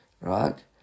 Right